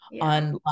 on